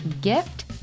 gift